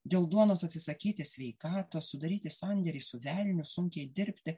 dėl duonos atsisakyti sveikatos sudaryti sandėrį su velniu sunkiai dirbti